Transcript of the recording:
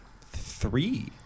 three